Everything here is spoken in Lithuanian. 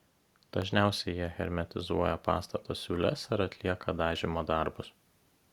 dažniausiai jie hermetizuoja pastato siūles ar atlieka dažymo darbus